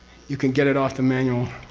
you can get it off the manual,